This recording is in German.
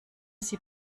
sie